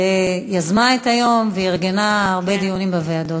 שיזמה את היום וארגנה הרבה דיונים בוועדות.